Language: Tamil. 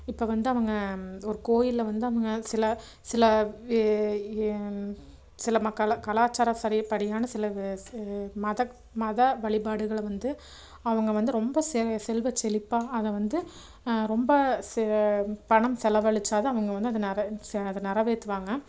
இப்போ வந்து அவங்க ஒரு கோயிலில் வந்து அவங்க சில சில வே எ சில மக்களை கலாச்சார சரிப்படியான சில வே சே மதக் மத வழிபாடுகள வந்து அவங்க வந்து ரொம்ப செ செல்வ செழிப்பா அதை வந்து ரொம்ப சே பணம் செலவழிச்சா தான் அவங்க வந்து அதை நிற சே அதை நிறைவேத்துவாங்க